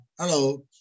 hello